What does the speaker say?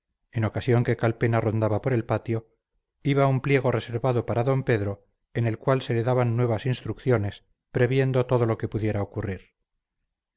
en la carta recibida en la cárcel el penúltimo día en ocasión que calpena rondaba por el patio iba un pliego reservado para d pedro en el cual se le daban nuevas instrucciones previendo todo lo que pudiera ocurrir